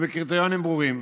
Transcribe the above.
ובקריטריונים ברורים.